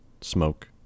smoke